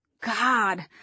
God